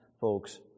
folks